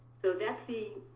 so that's the